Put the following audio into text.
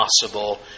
possible